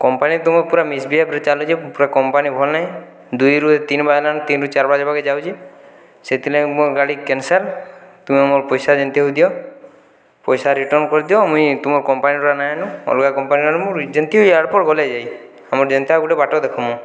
company ତୁମର୍ ପୁରା ମିଶ୍ବିହେବରେ ଚାଲିଛି ପୁରା କମ୍ପାନୀ ଭଲ ନାହିଁ ଦୁଇରୁ ତିନି ବାଜିଲାନ ତିନିରୁ ଚାରି ବାଜିବାକେ ଯାଉଛି ସେଥିଲାଗି ମୋ ଗାଡ଼ି କ୍ୟାନସଲ୍ ତୁମେ ମୋର ପଇସା ଯେମିତି ହେଉ ଦିଅ ପଇସା ରିଟର୍ନ କରିଦିଅ ମୁଇଁ ତୁମ କମ୍ପାନୀରୁ ନାହିଁ ଆନୁ ଅଲଗା କମ୍ପାନୀରୁ ଆଣିବୁ ଯେମିତି ଏୟାରପୋର୍ଟ ଗଲା ଯାଇ ଆମର ଯେନ୍ତା ଗୋଟିଏ ବାଟ ଦେଖାମ